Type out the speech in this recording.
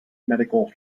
medical